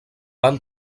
van